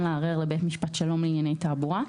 לערער לבית משפט שלום לענייני תעבורה,